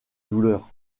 douleur